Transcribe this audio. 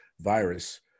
virus